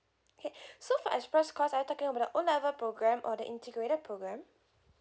okay so for express course are you talking about the O level programme or the integrated programme